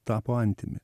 tapo antimi